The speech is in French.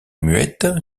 muette